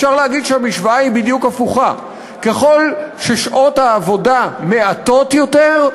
אפשר להגיד שהמשוואה היא בדיוק הפוכה: ככל ששעות העבודה מעטות יותר,